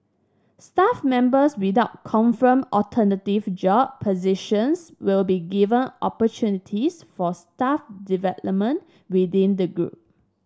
staff members without confirmed alternative job positions will be given opportunities for staff development within the group